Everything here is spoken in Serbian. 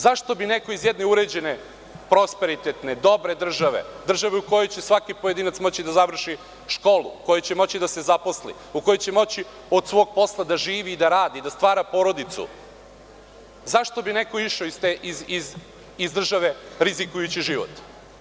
Zašto bi neko iz jedne uređene, prosperitetne, dobre države, države u kojoj će svaki pojedinac moći da završi školu, u kojoj će moći da se zaposli, u kojoj će moći od svog posla da živi i da radi, da stvara porodicu, zašto bi neko išao iz te države rizikujući život.